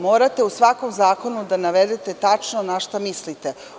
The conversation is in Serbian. Morate u svakom zakonu da navedete tačno na šta mislite.